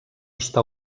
està